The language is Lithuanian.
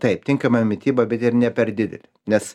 taip tinkama mityba bet ir ne per didelė nes